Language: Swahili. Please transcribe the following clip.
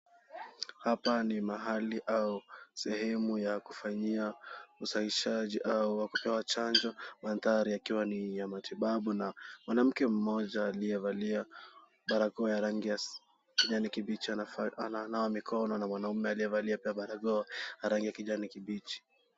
Hapa ni mahali au sehemu ya kufanyia usahishaji au wa kutoa chanjo. Mandhari yakiwa ni ya matibabu na mwanamke mmoja aliyevalia barakoa ya rangi ya kijani kibichi ananawa mikono na mwanaume aliyevalia pia barakoa ya rangi ya kijani kibichi.